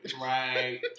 Right